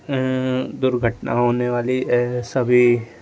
दुर्घटना होने वाली सभी